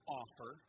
offer